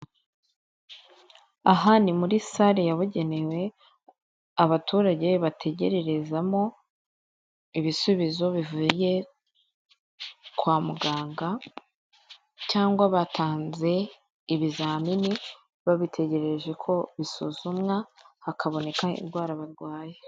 Aha ni muri sale yabugenewe abaturage bategererezamo ibisubizo bivuye kwa muganga cyangwa batanze ibizamini babitegereje ko bisuzumwa hakaboneka indwara barwaye.